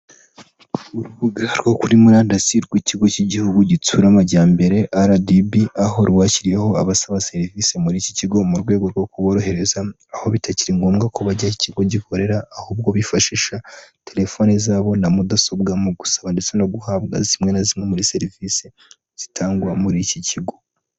Urubuga rwo kuri murandasi rw'ikigo cy'igihugu gitsura amajyambere RDB aho rwashyiriyeho abasaba serivisi muri iki kigo mu rwego rwo kuborohereza aho bitakiri ngombwa ko bajya ikigo gikorera ahubwo bifashisha telefoni zabo na mudasobwa mu gusaba ndetse no guhabwa zimwe na zimwe muri serivisi zitangwa muri iki kigo.